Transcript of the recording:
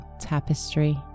tapestry